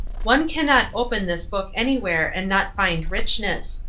one cannot open this book anywhere and not find richness.